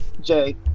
Jay